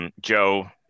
Joe